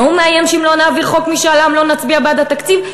ההוא מאיים שאם לא נעביר חוק משאל עם לא נצביע בעד התקציב,